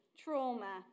trauma